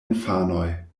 infanoj